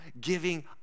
giving